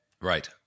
Right